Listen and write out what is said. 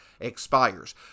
expires